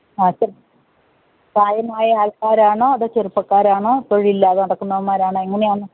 ആ പ്രായമായ ആൾക്കാരാണോ അതോ ചെറുപ്പക്കാരാണോ തൊഴിലില്ലാതെ നടക്കുന്നവൻമ്മാരാണോ എങ്ങനെയാണ്